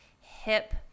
hip